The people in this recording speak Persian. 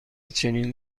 چنین